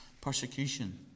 Persecution